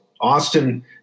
Austin